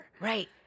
Right